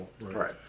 Right